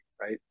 right